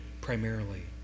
primarily